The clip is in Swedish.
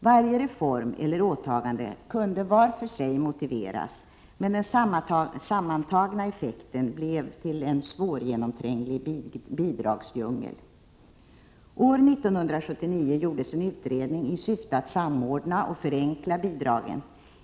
Varje reform eller åtagande kunde var för sig motiveras, men den sammantagna effekten blev till en svårgenomtränglig bidragsdjungel. År 1979 gjordes en utredning i syfte att samordna och förenkla bidragen.